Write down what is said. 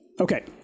Okay